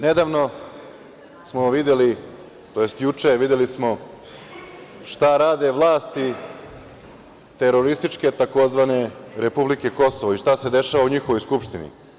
Nedavno smo videli, to jest, juče smo videli šta rade vlasti terorističke, takozvane, republike Kosovo i šta se dešava u njihovoj skupštini.